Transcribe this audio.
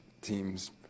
Teams